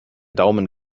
daumen